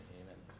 amen